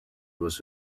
was